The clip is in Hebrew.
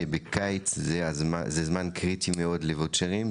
שבקיץ זה זמן קריטי מאוד לוואוצ'רים,